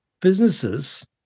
businesses